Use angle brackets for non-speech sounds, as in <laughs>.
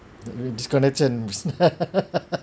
disconnection <laughs>